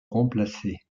remplacer